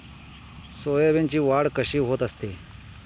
सोयाबीनची वाढ कशी होत असते?